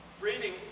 reading